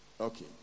Okay